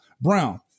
Brown